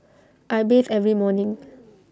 I bathe every morning